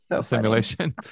simulation